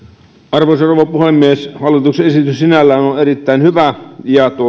arvoisa rouva puhemies hallituksen esitys sinällään on erittäin hyvä ja